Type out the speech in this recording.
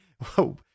Whoa